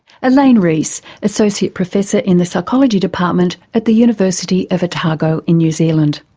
elaine reese, associate professor in the psychology department at the university of otago in new zealand.